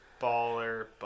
baller